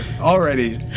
Already